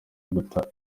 guta